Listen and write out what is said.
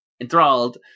enthralled